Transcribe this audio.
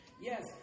Yes